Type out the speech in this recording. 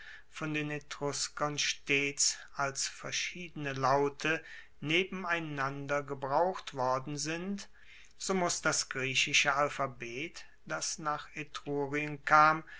von den etruskern stets als verschiedene laute nebeneinander gebraucht worden sind so muss das griechische alphabet das nach etrurien kam